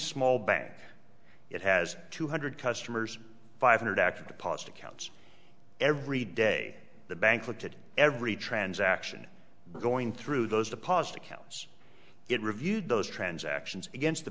small bank it has two hundred customers five hundred active deposit accounts every day the bank looted every transaction going through those deposit accounts it reviewed those transactions against the